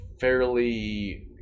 fairly